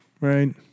Right